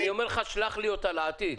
אני אומר לך: שלח לי אותה, לעתיד.